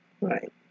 Right